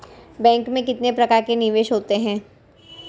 Bank में कितने प्रकार के निवेश होते हैं?